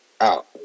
Out